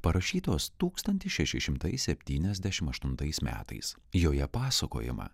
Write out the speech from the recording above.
parašytos tūkstantis šeši šimtai septyniasdešimt aštuntais metais joje pasakojama